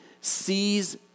sees